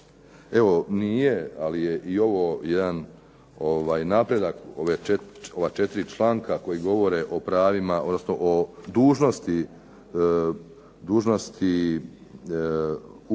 evo nije, ali je i ovo jedan napredak. Ova 4 članka koja govore o pravima, odnosno o dužnosti